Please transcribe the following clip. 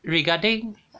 regarding